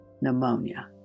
Pneumonia